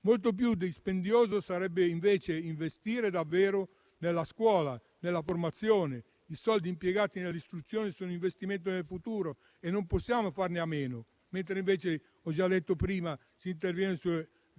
Molto più dispendioso sarebbe invece investire davvero nella scuola, nella formazione; i soldi impiegati nell'istruzione sono un investimento nel futuro e non possiamo farne a meno; invece, come ho già detto prima, si interviene